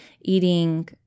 eating